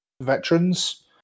veterans